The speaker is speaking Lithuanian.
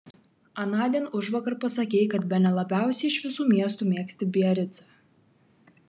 anądien užvakar pasakei kad bene labiausiai iš visų miestų mėgsti biaricą